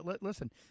listen